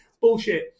Bullshit